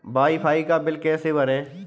Wi fi का bill कैसे भरें?